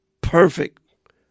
perfect